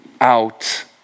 out